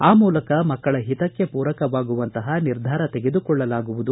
ಆ ಮೂಲಕ ಮಕ್ಕಳ ಹಿತಕ್ಕೆ ಪೂರಕವಾಗುವಂತಪ ನಿರ್ಧಾರಗಳನ್ನು ತೆಗೆದುಕೊಳ್ಳಲಾಗುವುದು